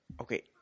okay